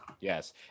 yes